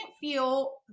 feel